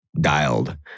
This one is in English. dialed